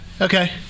Okay